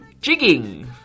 jigging